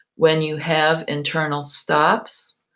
when you have internal stops.